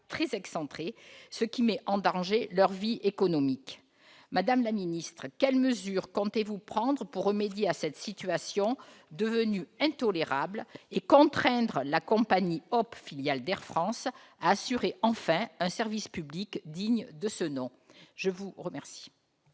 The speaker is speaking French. très excentrés, mettant en danger leur vie économique. Madame la secrétaire d'État, quelles mesures comptez-vous prendre pour remédier à cette situation devenue intolérable et contraindre la compagnie Hop !, filiale d'Air France, à assurer enfin un service public digne de ce nom ? La parole